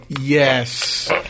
yes